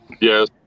Yes